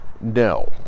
no